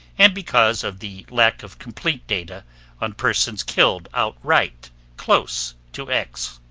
and because of the lack of complete data on persons killed outright close to x.